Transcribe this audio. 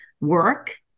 work